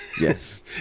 Yes